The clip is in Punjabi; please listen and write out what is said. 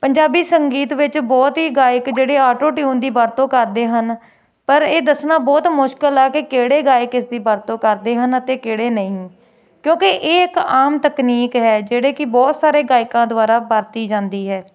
ਪੰਜਾਬੀ ਸੰਗੀਤ ਵਿੱਚ ਬਹੁਤ ਹੀ ਗਾਇਕ ਜਿਹੜੇ ਆਟੋ ਟਿਊਨ ਦੀ ਵਰਤੋਂ ਕਰਦੇ ਹਨ ਪਰ ਇਹ ਦੱਸਣਾ ਬਹੁਤ ਮੁਸ਼ਕਿਲ ਹੈ ਕਿ ਕਿਹੜੇ ਗਾਇਕ ਇਸ ਦੀ ਵਰਤੋਂ ਕਰਦੇ ਹਨ ਅਤੇ ਕਿਹੜੇ ਨਹੀਂ ਕਿਉਂਕਿ ਇਹ ਇੱਕ ਆਮ ਤਕਨੀਕ ਹੈ ਜਿਹੜੇ ਕਿ ਬਹੁਤ ਸਾਰੇ ਗਾਇਕਾਂ ਦੁਆਰਾ ਵਰਤੀ ਜਾਂਦੀ ਹੈ